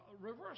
reverse